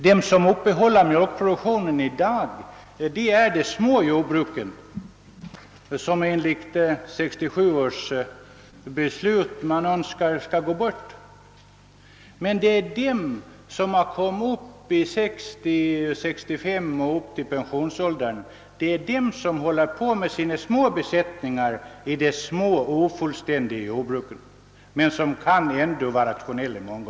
De som upprätthåller mjölkproduktionen i dag är småjordbruken, som enligt 1967 års beslut bör försvinna. Det är små, ofullständiga jordbruk, som drivs av personer som kommit upp i 60—65-årsåldern eller som är pensionerade, men deras jordbruk kan många gånger vara rationella.